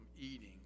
eating